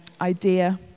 idea